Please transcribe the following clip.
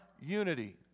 unity